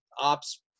ops